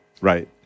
right